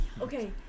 okay